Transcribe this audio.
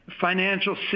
financial